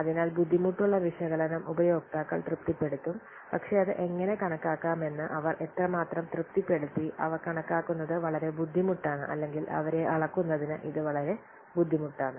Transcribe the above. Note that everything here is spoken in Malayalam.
അതിനാൽ ബുദ്ധിമുട്ടുള്ള വിശകലനം ഉപയോക്താക്കൾ തൃപ്തിപ്പെടുത്തും പക്ഷേ അത് എങ്ങനെ കണക്കാക്കാമെന്ന് അവർ എത്രമാത്രം തൃപ്തിപ്പെടുത്തി അവ കണക്കാക്കുന്നത് വളരെ ബുദ്ധിമുട്ടാണ് അല്ലെങ്കിൽ അവരെ അളക്കുന്നതിന് ഇത് വളരെ ബുദ്ധിമുട്ടാണ്